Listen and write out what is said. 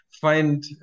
find